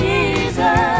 Jesus